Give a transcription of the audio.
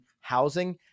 housing